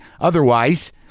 otherwise